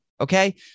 Okay